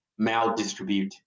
maldistribute